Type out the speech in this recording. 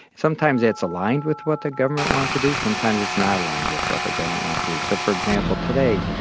sometimes it's aligned with what the government wants to do, sometimes it's not aligned with what the government wants to do. so for example, today,